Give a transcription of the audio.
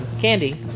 candy